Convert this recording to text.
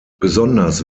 besonders